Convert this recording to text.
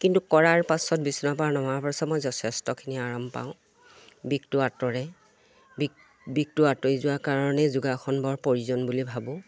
কিন্তু কৰাৰ পাছত বিচনাৰ পৰা নমাৰ পাছত মই যথেষ্টখিনি আৰাম পাওঁ বিষটো আঁতৰে বিক বিষটো আঁতৰি যোৱাৰ কাৰণে যোগাসন বৰ প্ৰয়োজন বুলি ভাবোঁ